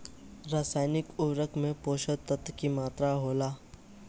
रसायनिक उर्वरक में पोषक तत्व की मात्रा होला?